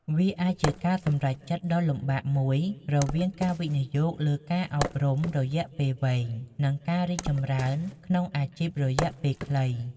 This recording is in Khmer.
វាអាចជាការសម្រេចចិត្តដ៏លំបាកមួយរវាងការវិនិយោគលើការអប់រំរយៈពេលវែង និងការរីកចម្រើនក្នុងអាជីពរយៈពេលខ្លី។